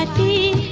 ah da